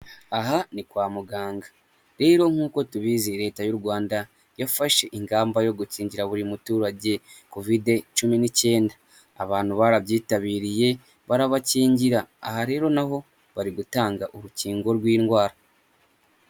Aha ni kwa muganga rero nk'uko tubizi leta y'u Rwanda yafashe ingamba yo gukingira buri muturage covide cumi n'icyenda, abantu barabyitabiriye barabakingira aha rero nahobo bari gutanga urukingo rw'indwara.